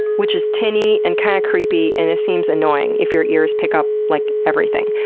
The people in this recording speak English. which is tinny, and kinda creepy, and it seems annoying if your ears pick up, like everything.